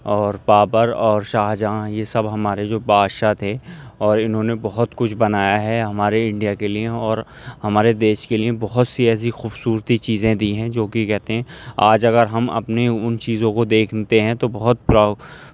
اور بابر اور شاہجہاں یہ سب ہمارے جو بادشاہ تھے اور انہوں نے بہت کچھ بنایا ہے ہمارے انڈیا کے لیے اور ہمارے دیش کے لیے بہت سی ایسی خوبصورتی چیزیں دی ہیں جو کہ کہتے ہیں آج اگر ہم اپنے ان چیزوں کو دیکھتے ہیں تو بہت پراؤ